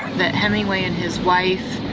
that hemingway and his wife